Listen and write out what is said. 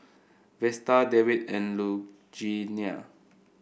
Vesta Dewitt and Lugenia